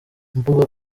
imvugo